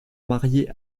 marié